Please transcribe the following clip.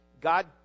God